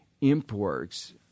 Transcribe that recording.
imports